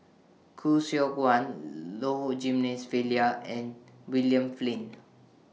Khoo Seok Wan Low Jimenez and William Flint